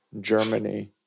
Germany